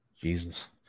Jesus